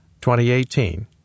2018